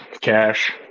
Cash